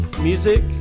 Music